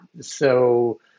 So-